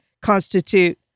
constitute